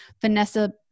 Vanessa